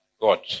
God